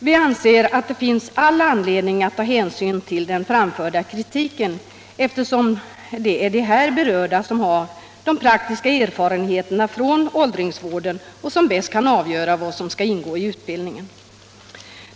Vi anser att det finns all anledning att ta hänsyn till den framförda kritiken, eftersom det är de här berörda som har praktiska erfarenheter från åldringsvården och som bäst kan avgöra vad som skall ingå i utbildningen.